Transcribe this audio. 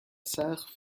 sarre